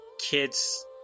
kids